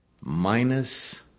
minus